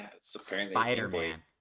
Spider-Man